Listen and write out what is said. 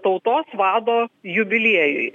tautos vado jubiliejui